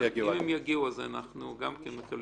אם הן תגענה, ניתן